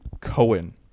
Cohen